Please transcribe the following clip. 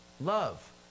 Love